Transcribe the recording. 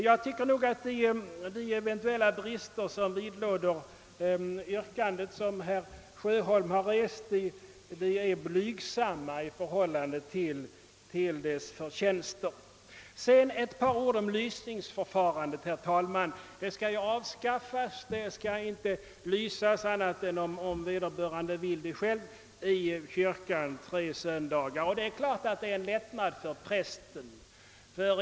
De eventuella brister som vidlåder det yrkande som herr Sjöholm rest tycker jag är små i förhållande till dess förtjänster. Jag yrkar, herr talman, bifall till reservationen 2. Sedan ett par ord om lysningsförfarandet. Detta skall nu avskaffas. Det skall inte ske någon lysning i kyrkan som hittills tre söndagar, om inte vederbörande själv så önskar. Det är klart att detta är en lättnad för prästen.